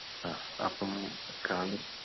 ആ അപ്പം